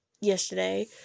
yesterday